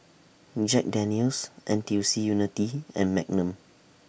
Jack Daniel's N T U C Unity and Magnum